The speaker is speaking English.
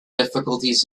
difficulties